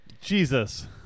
Jesus